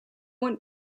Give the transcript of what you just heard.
went